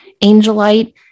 Angelite